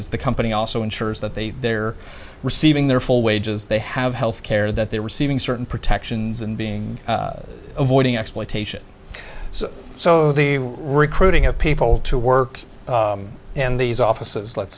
es the company also ensures that they they are receiving their full wages they have health care that they're receiving certain protections and being avoiding exploitation so the recruiting of people to work and these offices let's